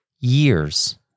years